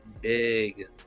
big